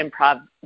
improv